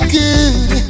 good